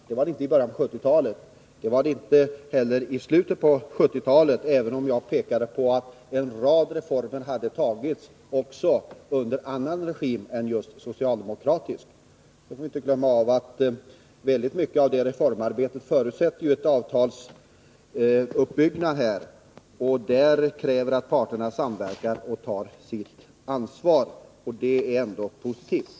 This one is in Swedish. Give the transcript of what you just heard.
Det var det inte i början på 1970-talet och inte heller i slutet av 1970-talet, även om jag pekade på att beslut om en rad reformer hade fattats också under en annan regim än just en socialdemokratisk. Vi får inte glömma att mycket av detta reformarbete förutsätter en avtalsuppbyggnad. Det kräver att parterna samverkar och tar sitt ansvar, vilket är positivt.